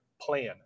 plan